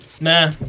Nah